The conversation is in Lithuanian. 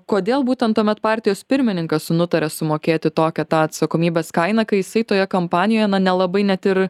kodėl būtent tuomet partijos pirmininkas nutarė sumokėti tokią tą atsakomybės kainą kai jisai toje kompanijoje nelabai net ir